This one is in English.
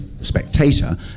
spectator